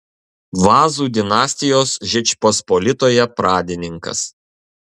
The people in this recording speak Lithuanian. vazų dinastijos žečpospolitoje pradininkas